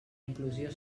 inclusió